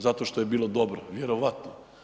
Zato što je bilo dobro, vjerojatno.